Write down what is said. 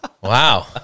wow